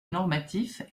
normatif